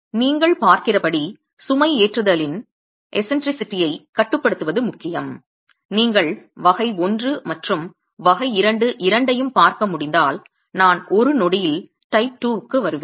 நீங்கள் பார்க்கிறபடி சுமைஏற்றுதலின் விசித்திரத்தன்மையைக் கட்டுப்படுத்துவது முக்கியம் நீங்கள் வகை 1 மற்றும் வகை 2 இரண்டையும் பார்க்க முடிந்தால் நான் ஒரு நொடியில் டைப் 2 க்கு வருவேன்